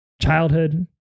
childhood